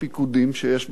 כמו שיש בצבא,